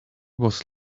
was